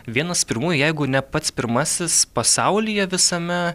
vienas pirmųjų jeigu ne pats pirmasis pasaulyje visame